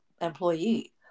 employee